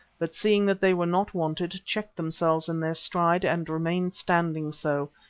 but seeing that they were not wanted, checked themselves in their stride and remained standing so,